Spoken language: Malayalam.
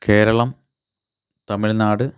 കേരളം തമിഴ്നാട്